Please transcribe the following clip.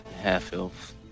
half-elf